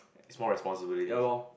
is more responsibilities